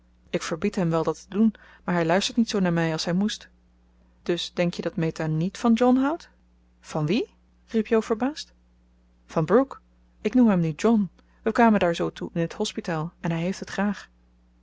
ik verbied hem wel dat te doen maar hij luistert niet zoo naar mij als hij moest dus denk je dat meta niet van john houdt van wien riep jo verbaasd van brooke ik noem hem nu john we kwamen daar zoo toe in het hospitaal en hij heeft het graag